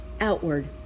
outward